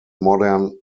modern